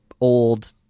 old